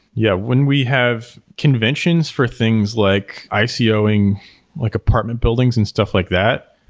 yeah, when we have conventions for things like i see owing like apartment buildings and stuff like that,